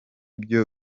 byo